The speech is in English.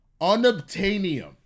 unobtainium